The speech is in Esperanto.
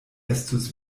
estus